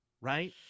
Right